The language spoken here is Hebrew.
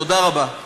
תודה רבה.